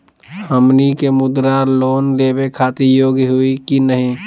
हमनी के मुद्रा लोन लेवे खातीर योग्य हई की नही?